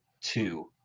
two